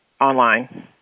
online